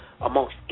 amongst